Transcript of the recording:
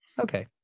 Okay